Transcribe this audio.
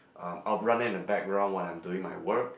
um I'll run it in the background when I'm doing my work